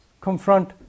confront